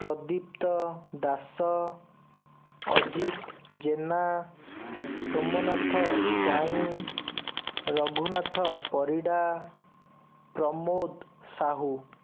Pradipta Das Ajit Jena Somnath Swain Raghunath Parida Pramod Sahu